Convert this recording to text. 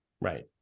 Right